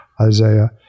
Isaiah